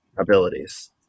abilities